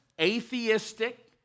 atheistic